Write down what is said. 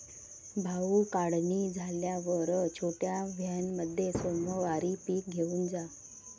भाऊ, काढणी झाल्यावर छोट्या व्हॅनमध्ये सोमवारी पीक घेऊन जा